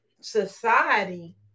society